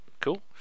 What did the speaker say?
Cool